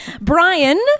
Brian